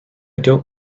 don’t